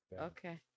okay